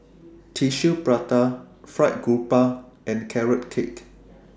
Tissue Prata Fried Grouper and Carrot Cake